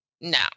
no